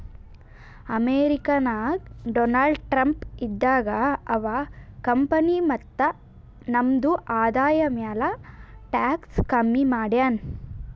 America ನಾಗ್ Donald Trump ಇದ್ದಾಗ ಅವಾ ಕಂಪನಿ ಮತ್ತ ನಮ್ದು ಆದಾಯ ಮ್ಯಾಲ ಟ್ಯಾಕ್ಸ್ ಕಮ್ಮಿ ಮಾಡ್ಯಾನ್